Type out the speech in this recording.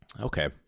Okay